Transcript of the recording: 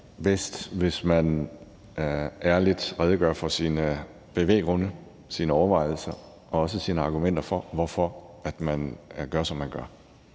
bedst, hvis man ærligt redegør for sine bevæggrunde, sine overvejelser og også sine argumenter for, hvorfor man gør, som man gør.